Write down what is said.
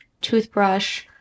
toothbrush